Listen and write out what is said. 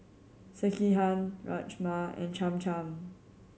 Sekihan Rajma and Cham Cham